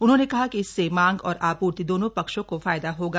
उन्होंने कहा कि इससे मांग और आपूर्ति दोनों पक्षों को फायदा होगा